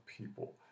people